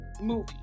movie